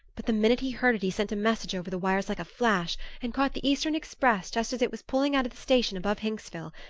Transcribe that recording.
but the minute he heard it he sent a message over the wires like a flash, and caught the eastern express just as it was pulling out of the station above hinksville.